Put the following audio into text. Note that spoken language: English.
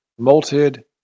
molted